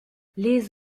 les